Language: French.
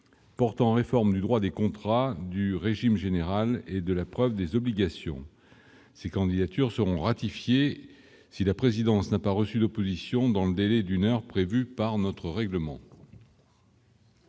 portant réforme du droit des contrats du régime général et de la preuve des obligations ces candidatures seront ratifiées si la présidence n'a pas reçu d'opposition dans le délai d'une heure prévue par notre règlement.